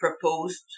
proposed